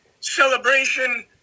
celebration